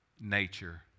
nature